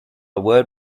word